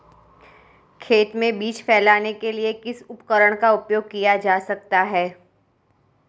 खेत में बीज फैलाने के लिए किस उपकरण का उपयोग किया जा सकता है?